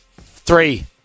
Three